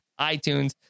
iTunes